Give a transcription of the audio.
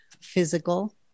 physical